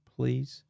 Please